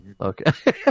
Okay